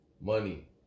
money